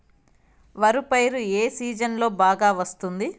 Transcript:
వరి పైరు ఏ సీజన్లలో బాగా వస్తుంది